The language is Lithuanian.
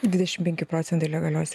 dvidešim penki procentai legalios